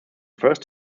first